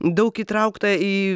daug įtraukta į